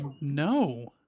No